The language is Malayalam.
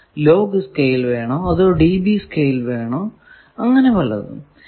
ലോഗ് സ്കെയിൽ വേണോ അതോ dB സ്കെയിൽ വേണോ അങ്ങനെ പലതും